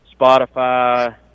Spotify